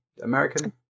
American